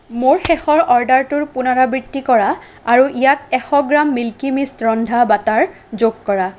মোৰ শেষৰ অৰ্ডাৰটোৰ পুনৰাবৃত্তি কৰা আৰু ইয়াত এশ গ্ৰাম মিল্কী মিষ্ট ৰন্ধা বাটাৰ যোগ কৰা